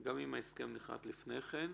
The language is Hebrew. גם אם ההסכם נכרת לפני כן.